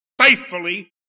faithfully